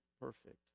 perfect